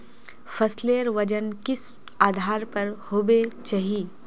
फसलेर वजन किस आधार पर होबे चही?